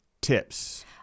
tips